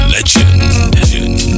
Legend